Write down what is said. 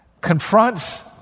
confronts